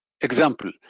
example